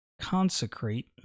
consecrate